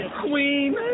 Queen